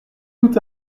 tout